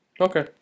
Okay